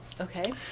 okay